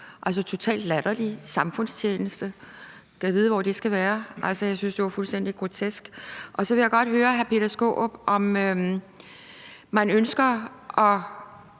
altså totalt latterlig. Samfundstjeneste – gad vide, hvor det skal være? Jeg synes jo, det var fuldstændig grotesk. Så vil jeg godt høre hr. Peter